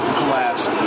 collapsed